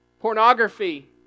Pornography